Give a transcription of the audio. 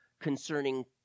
concerning